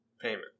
Payment